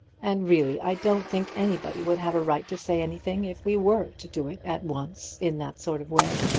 and really i don't think anybody would have a right to say anything if we were to do it at once in that sort of way.